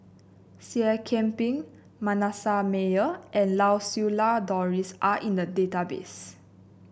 Seah Kian Peng Manasseh Meyer and Lau Siew Lang Doris are in the database